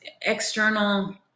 external